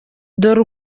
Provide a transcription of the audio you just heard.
dore